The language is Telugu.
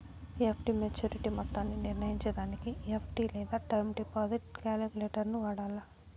ఎఫ్.డి మోచ్యురిటీ మొత్తాన్ని నిర్నయించేదానికి ఎఫ్.డి లేదా టర్మ్ డిపాజిట్ కాలిక్యులేటరును వాడాల